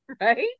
right